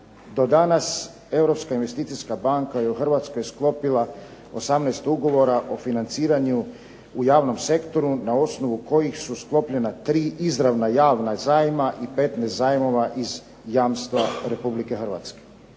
Do danas EIB je u Hrvatskoj sklopila 18 ugovora o financiranju u javnom sektoru na osnovu kojih su sklopljena 3 izravna javna zajma i 15 zajmova iz jamstva RH. Mislim da je